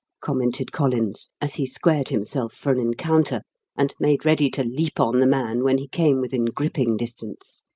commented collins, as he squared himself for an encounter and made ready to leap on the man when he came within gripping distance.